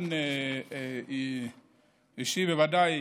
באופן אישי בוודאי,